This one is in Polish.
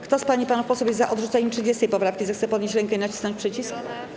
Kto z pań i panów posłów jest za odrzuceniem 30. poprawki, zechce podnieść rękę i nacisnąć przycisk.